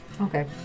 Okay